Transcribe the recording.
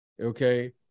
Okay